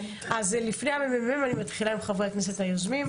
לפני הממ"מ אני מתחילה עם חברי הכנסת היוזמים.